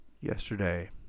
yesterday